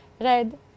Red